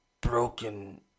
Broken